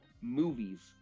movies